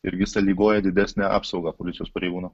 irgi sąlygoja didesnę apsaugą policijos pareigūnų